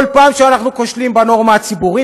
כל פעם שאנחנו כושלים בנורמה הציבורית,